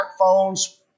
smartphones